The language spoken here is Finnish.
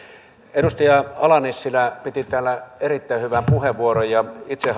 edustaja ala nissilä piti täällä erittäin hyvän puheenvuoron ja itse